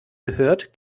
gehört